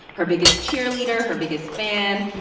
her biggest cheerleader, her biggest fan.